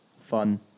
fun